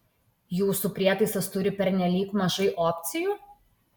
jūsų prietaisas turi pernelyg mažai opcijų